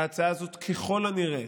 ההצעה הזאת ככל הנראה